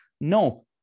No